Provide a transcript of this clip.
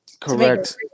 Correct